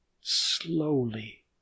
slowly